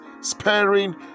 sparing